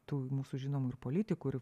tų mūsų žinomų ir politikų ir